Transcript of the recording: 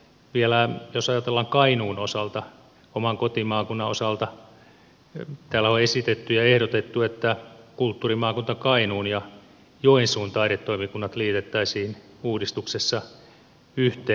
vielä jos ajatellaan kainuun osalta oman kotimaakuntani osalta täällä on esitetty ja ehdotettu että kulttuurimaakunta kainuun ja joensuun taidetoimikunnat liitettäisiin uudistuksessa yhteen